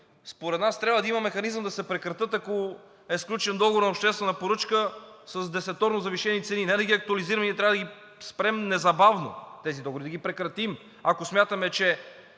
Според нас трябва да има механизъм да се прекратят, ако е сключен договор за обществена поръчка с десеторно завишени цени. Не да ги актуализираме, ние трябва да спрем незабавно тези договори, да ги прекратим, ако смятаме, че